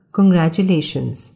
Congratulations